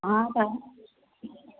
हॅं तखन